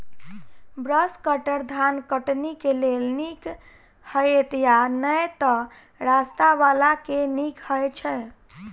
Brush cutter धान कटनी केँ लेल नीक हएत या नै तऽ सस्ता वला केँ नीक हय छै?